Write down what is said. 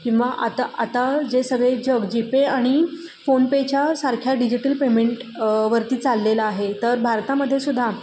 किंवा आता आता जे सगळे जग जी पे आणि फोनपेच्या सारख्या डिजिटल पेमेंट वरती चाललेला आहे तर भारतामध्ये सुद्धा